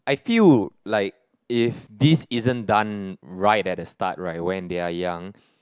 I feel like if this isn't done right at the start right when they are young